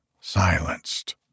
silenced